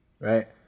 Right